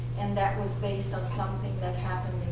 and that was based on something that happened